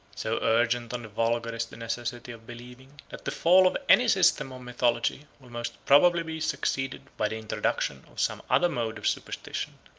so urgent on the vulgar is the necessity of believing, that the fall of any system of mythology will most probably be succeeded by the introduction of some other mode of superstition.